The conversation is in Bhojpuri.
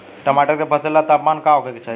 टमाटर के फसल ला तापमान का होखे के चाही?